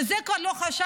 ועל זה כבר לא חשבנו,